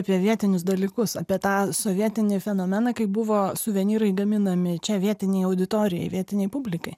apie vietinius dalykus apie tą sovietinį fenomeną kaip buvo suvenyrai gaminami čia vietinei auditorijai vietinei publikai